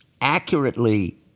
accurately